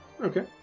Okay